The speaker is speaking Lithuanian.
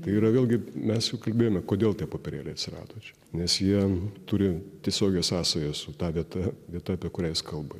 tai yra vėlgi mes jau kalbėjome kodėl tie popierėliai atsirado čia nes jie turi tiesiogę sąsają su ta vieta vieta apie kurią jis kalba